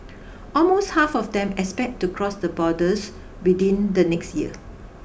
almost half of them expect to cross the borders within the next year